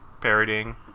parodying